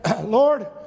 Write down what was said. Lord